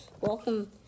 welcome